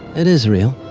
it is real.